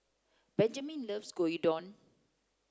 Benjaman loves Gyudon